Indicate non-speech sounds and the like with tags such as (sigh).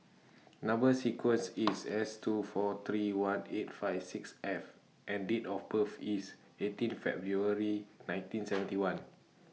Number sequence (noise) IS S two four three one eight five six F and Date of birth IS eighteen February nineteen (noise) seventy one